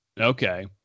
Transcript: Okay